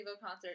concert